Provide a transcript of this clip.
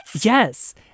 Yes